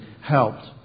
helped